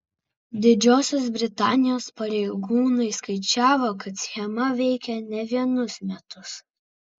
didžiosios britanijos pareigūnai skaičiavo kad schema veikė ne vienus metus